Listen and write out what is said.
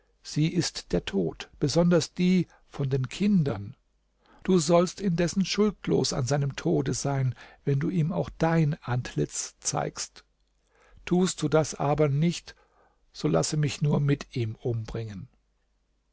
sie ist der tod besonders die von den kindern du sollst indessen schuldlos an seinem tode sein wenn du ihm auch dein antlitz zeigst tust du das aber nicht so laß mich nur mit ihm umbringen